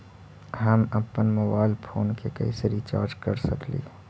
हम अप्पन mobile phone के कैसे रिचार्ज कर सकली हे?